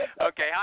Okay